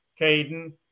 Caden